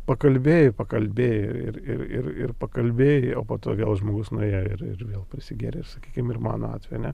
pakalbėjai pakalbėjai ir ir ir ir pakalbėjai o po to vėl žmogus nuėjo ir ir vėl prisigėrė sakykim ir mano atveju ar ne